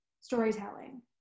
storytelling